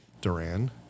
Duran